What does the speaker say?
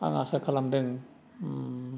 आं आसा खालामदों